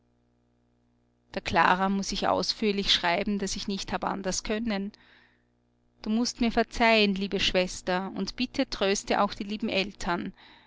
der klara muß ich ausführlich schreiben daß ich nicht hab anders können du mußt mir verzeihen liebe schwester und bitte tröste auch die lieben eltern